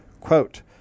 Quote